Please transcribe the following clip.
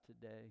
today